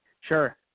Sure